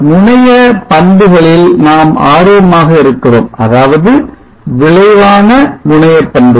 முனைய பண்புகளில் நாம் ஆர்வமாக இருக்கிறோம் அதாவது விளைவான முனையபண்புகள்